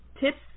tips